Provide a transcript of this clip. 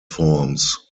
forms